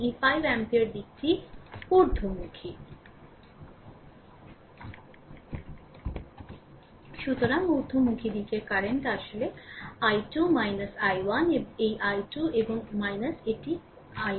এবং এই 5 এমপিয়ার দিকটি ঊর্ধ্বমুখী সুতরাং উর্ধ্বমুখী দিকের কারেন্ট আসলে i2 i1 এই i 2 এবং একটি i 1